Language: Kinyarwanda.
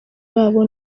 babo